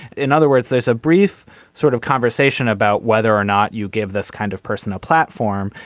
in other words there's a brief sort of conversation about whether or not you give this kind of person a platform.